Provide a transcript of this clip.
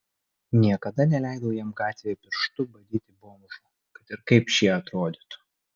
niekada neleidau jam gatvėje pirštu badyti bomžų kad ir kaip šie atrodytų